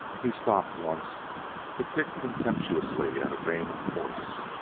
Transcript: he stopped once to kick contemptuously at a vein of quartz.